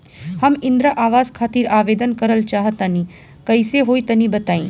हम इंद्रा आवास खातिर आवेदन करल चाह तनि कइसे होई तनि बताई?